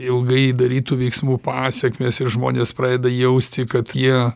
ilgai darytų veiksmų pasekmės ir žmonės pradeda jausti kad jie